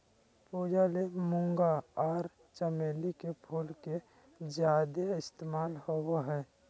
पूजा ले मूंगा आर चमेली के फूल के ज्यादे इस्तमाल होबय हय